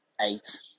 eight